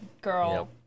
girl